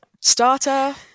starter